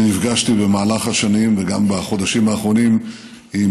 אני נפגשתי במהלך השנים וגם בחודשים האחרונים עם